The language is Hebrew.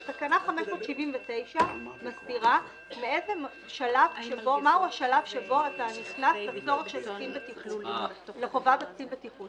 תקנה 579 מסדירה מהו השלב שבו אתה נכנס לחובת קצין בטיחות.